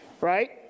right